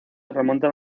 remontan